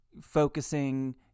focusing